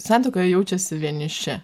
santuokoje jaučiasi vieniši